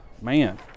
Man